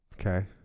Okay